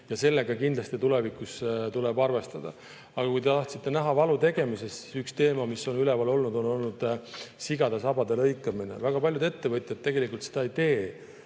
nendega kindlasti tulevikus tuleb arvestada. Aga kui rääkida valutegemisest, siis üks teema, mis on üleval olnud, on olnud sigade sabade lõikamine. Väga paljud ettevõtjad seda ei tee,